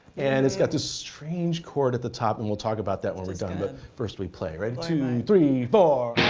and it's got this strange chord at the top, and we'll talk about that when we're done. but first we play. ready, two, three, four.